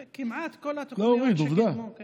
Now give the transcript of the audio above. כן, כמעט כל התוכניות שקידמו, לא הוריד.